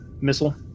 missile